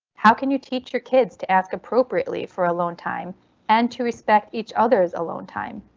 how can you teach your kids to ask appropriately for alone time and to respect each other's alone time?